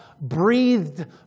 breathed